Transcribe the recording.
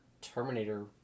Terminator